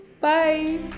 bye